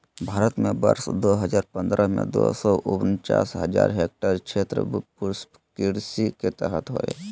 भारत में वर्ष दो हजार पंद्रह में, दो सौ उनचास हजार हेक्टयेर क्षेत्र पुष्पकृषि के तहत होले